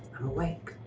i'm awake.